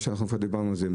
כבר דיברנו על זה.